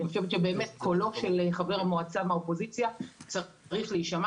חושבת שבאמת קולו של חבר המועצה מהאופוזיציה צריך להישמע